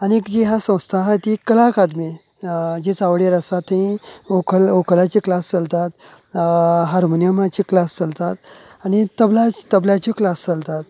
आनीक जी हा संस्था आसा ती कला अकादमी जी चावडेर आसा थंय वोकल वोकलांची क्लास चलतात हार्मोनियमाची क्लास चलतात आनी तबला तबलांची क्लास चलतात